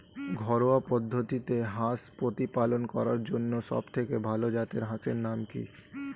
ঘরোয়া পদ্ধতিতে হাঁস প্রতিপালন করার জন্য সবথেকে ভাল জাতের হাঁসের নাম কি?